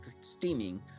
steaming